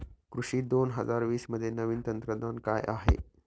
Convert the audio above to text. कृषी दोन हजार वीसमध्ये नवीन तंत्रज्ञान काय आहे?